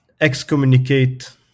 excommunicate